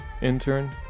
intern